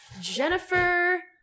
Jennifer